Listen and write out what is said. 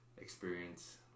experience